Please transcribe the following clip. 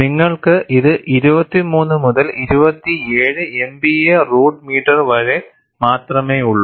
നിങ്ങൾക്ക് ഇത് 23 മുതൽ 27 MPa റൂട്ട് മീറ്റർ വരെ മാത്രമേയുള്ളൂ